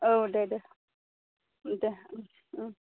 औ दे दे दे ओम दे ओम